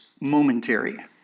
momentary